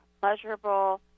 pleasurable